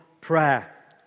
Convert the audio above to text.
prayer